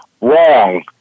wrong